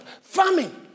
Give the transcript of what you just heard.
farming